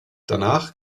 danach